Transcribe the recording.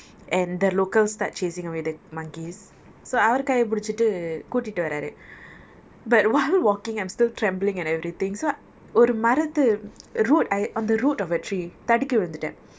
and the local start chasing away the monkeys so அவரு கையை பிடிச்சிக்கிட்டு கூட்டிட்டு வராரு:avaru kaiyei pidichikittu kootittu vararu but while walking I'm still trembling and everything so ஒரு மரத்து:oru maratthu root I on the root of a tree தடுக்கி விழுந்தேன்:tadukki vilunthaen